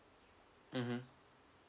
mmhmm